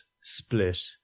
split